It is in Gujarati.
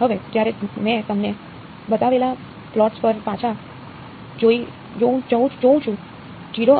હવે જ્યારે મેં તમને બતાવેલા પ્લોટ્સ પર પાછા જોઉં છું